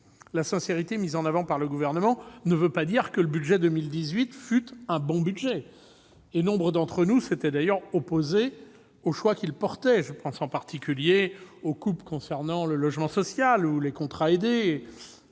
La sincérité mise en avant par le Gouvernement ne veut pas dire que le budget de 2018 fut un bon budget, et nombre d'entre nous s'étaient d'ailleurs opposés aux choix qu'il portait. Je pense en particulier aux coupes concernant le logement social ou les contrats aidés,